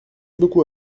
beaucoup